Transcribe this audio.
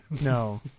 No